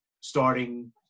starting